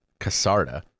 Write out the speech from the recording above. Casarda